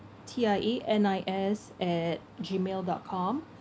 T I A N I S at Gmail dot com